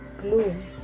gloom